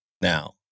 Now